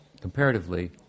comparatively